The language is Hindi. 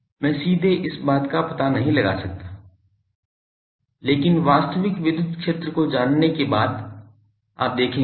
मैं सीधे इस बात का पता नहीं लगा सकता लेकिन वास्तविक विद्युत क्षेत्र को जानने के बाद आप देखेंगे